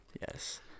yes